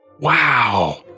Wow